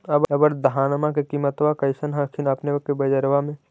अबर धानमा के किमत्बा कैसन हखिन अपने के बजरबा में?